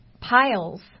piles